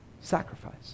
Sacrifice